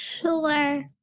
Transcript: Sure